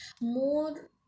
more